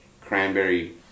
cranberry